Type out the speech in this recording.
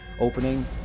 opening